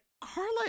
Carla